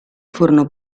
furono